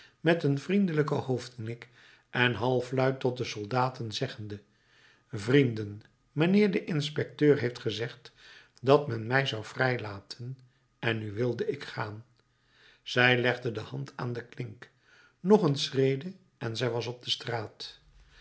met een vriendelijken hoofdknik en halfluid tot de soldaten zeggende vrienden mijnheer de inspecteur heeft gezegd dat men mij zou vrij laten en nu wilde ik gaan zij legde de hand aan de klink nog een schrede en zij was op de straat